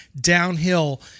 downhill